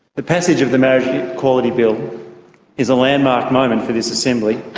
the passage of the marriage equality bill is a landmark moment for this assembly,